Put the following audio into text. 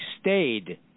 stayed